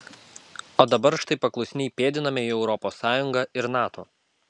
o dabar štai paklusniai pėdiname į europos sąjungą ir nato